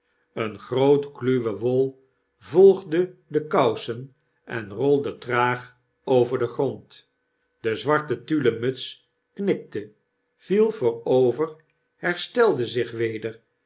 een groot kluwen wol volgde de kousen en rolde traag over den grond de zwarte tullen muts knikte viel voorover herstelde zich weder